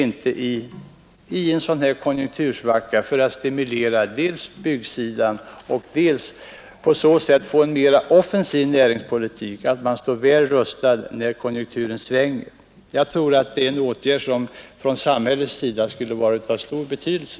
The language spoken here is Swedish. I en sådan här konjunktursvacka borde man dels stimulera byggnadsverksamheten, dels försöka få till stånd en mera offensiv näringspolitik, så att man står väl rustad när konjunkturen svänger. Jag tror att det är en åtgärd som ur samhällets synpunkt skulle vara av stor betydelse.